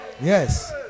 yes